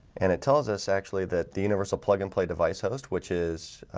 and it tells us actually that the universal plug and play device host which is